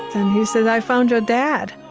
then he said, i found your dad.